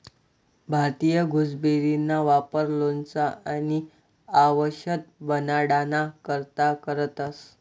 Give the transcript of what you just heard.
भारतीय गुसबेरीना वापर लोणचं आणि आवषद बनाडाना करता करतंस